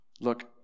Look